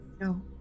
No